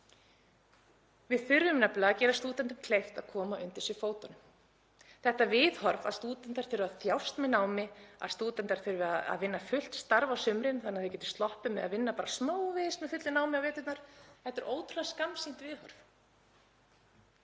Við þurfum nefnilega að gera stúdentum kleift að koma undir sig fótunum. Þetta viðhorf að stúdentar þurfi að þjást með námi, að stúdentar þurfi að vinna fullt starf á sumrin þannig að þeir geti sloppið með að vinna bara smávegis með fullu námi á veturna, er ótrúlega skammsýnt viðhorf.